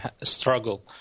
struggle